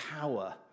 power